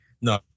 no